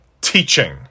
teaching